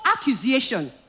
accusation